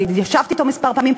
ישבתי אתו כמה פעמים,